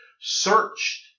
searched